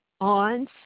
on